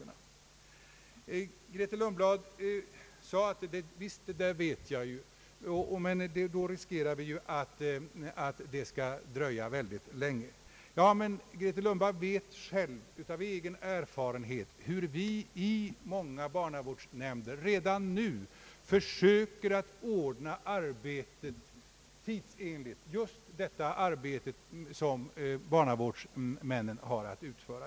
Fru Grethe Lundblad sade att det där vet vi redan, men vi riskerar ju att denna reform kommer att dröja länge. Fru Lundblad vet dock av egen erfarenhet hur vi i många barnavårdsnämnder redan nu försöker att ordna arbetet tidsenligt för barnavårdsmännen.